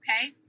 Okay